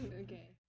Okay